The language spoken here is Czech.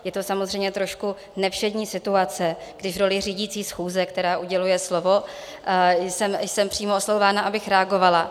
Je to samozřejmě trošku nevšední situace, kdy v roli řídící schůze, která uděluje slovo, jsem přímo oslovována, abych reagovala.